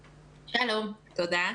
שלום, תודה.